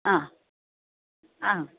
ആ ആ